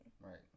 Right